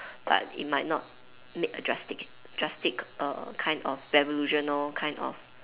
but it might not make a drastic drastic err kind of revolutionary kind of